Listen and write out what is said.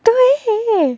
对